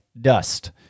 dust